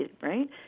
right